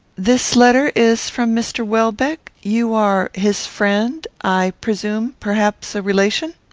this letter is from mr. welbeck you are his friend i presume perhaps a relation?